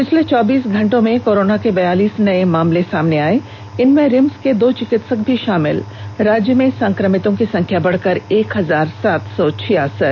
पिछले चौबीस घंटों में कोरोना के बैयालीस नए मामले सामने आए इनमें रिम्स के दो चिकित्सक भी शामिल राज्य में संक्रमितों की संख्या बढ़कर एक हजार सात सौ छियासठ